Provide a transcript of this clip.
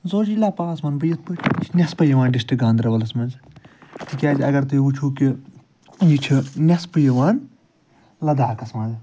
زوجیٖلا پاس وَنہٕ بہٕ یِتھ پٲٹھۍ یہِ چھُ نیٚصفٕے یِوان ڈِسٹِرٛک گاندَربَلَس منٛز تِکیٛازِ اَگر تُہۍ وُچھِو کہِ یہِ چھُ نیٚصفہٕ یِوان لداخَس منٛز